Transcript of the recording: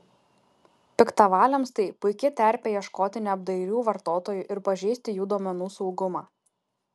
piktavaliams tai puiki terpė ieškoti neapdairių vartotojų ir pažeisti jų duomenų saugumą